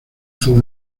zoo